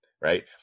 right